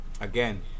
Again